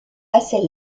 assez